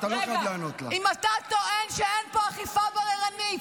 אתה תגן על האליטות ואני אגן על העם.